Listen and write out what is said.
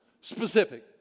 specific